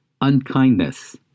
unkindness